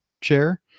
chair